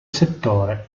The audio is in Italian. settore